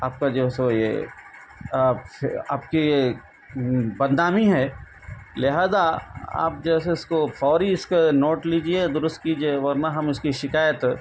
آپ کا جو ہے سو یہ آپ سے آپ کے بد نامی ہے لہذا آپ جو ہے سو اس کو فوری اس کا نوٹ لیجیے درست کیجیے ورنہ ہم اس کی شکایت